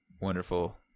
wonderful